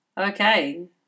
Okay